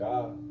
God